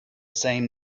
same